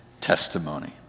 testimony